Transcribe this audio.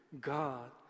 God